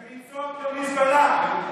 מריצות למזבלה.